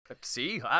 See